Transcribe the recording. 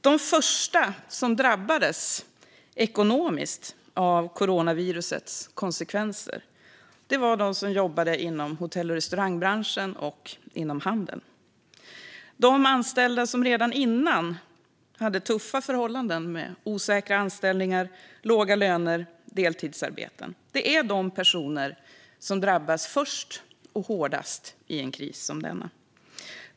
De första som drabbades ekonomiskt av coronavirusets konsekvenser var de som jobbade i hotell och restaurangbranschen och inom handeln. De anställda som redan tidigare har tuffa förhållanden med osäkra anställningar, låga löner och deltidsarbete är de som drabbas först och hårdast i en kris som denna.